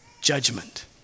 judgment